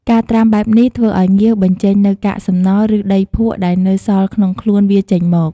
ការត្រាំបែបនេះ ធ្វើឱ្យងាវបញ្ចេញនូវកាកសំណល់ ឬដីភក់ដែលនៅសល់ក្នុងខ្លួនវាចេញមក។